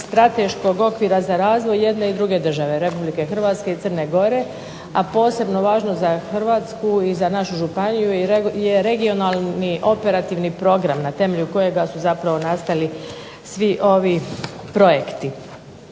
strateškog okvira za razvoj jedne i druge države, Republike Hrvatske i Crne Gore, a posebno važno za Hrvatsku i za našu županiju je regionalni operativni program na temelju kojega su zapravo nastali svi ovi projekti.